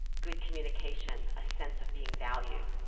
good communication, a sense of being valued.